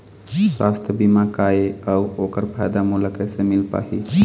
सुवास्थ बीमा का ए अउ ओकर फायदा मोला कैसे मिल पाही?